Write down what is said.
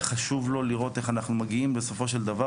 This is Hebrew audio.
חשוב לו לראות איך אנחנו מגיעים בסופו של דבר,